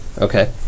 Okay